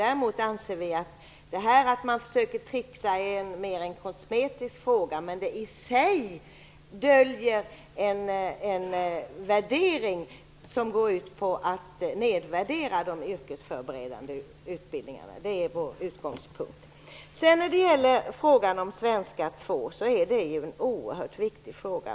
Däremot anser vi att det här att man försöker tricksa mer är en kosmetisk fråga, även om det i sig döljer en värdering som går ut på att nedvärdera de yrkesförberedande utbildningarna. Det är vår utgångspunkt. Frågan om svenska 2 är oerhört viktig.